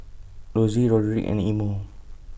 Lossie Roderick and Imo